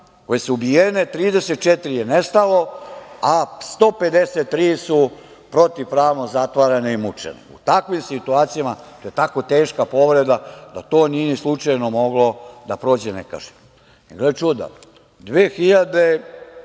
koje su ubijene, 34 je nestalo, a 153 su protivpravno zatvarane i mučene.U takvim situacijama, to je tako teška povreda da to nije slučajno moglo da prođe nekažnjeno. E, gle čuda,